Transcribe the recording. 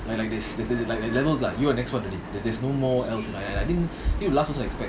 like like this as in like like levels lah you are next one to leave there's there's no more else I think last person to expect